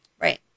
Right